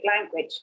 language